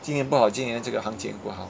今年不好今年这个行情不好